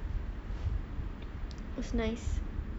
it's nice